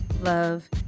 love